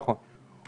נכון.